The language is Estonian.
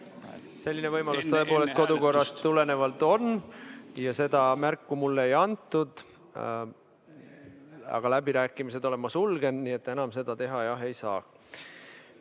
Selline võimalus tõepoolest kodukorrast tulenevalt on ja sellest mulle märku ei antud. Aga läbirääkimised olen ma sulgenud, nii et enam seda teha ei saa.